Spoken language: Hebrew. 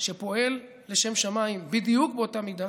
שפועל לשם שמיים בדיוק באותה מידה